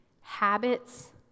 habits